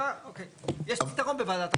יש פתרון בוועדת ערער.